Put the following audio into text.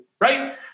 right